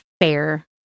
fair